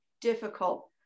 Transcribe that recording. difficult